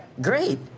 Great